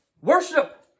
worship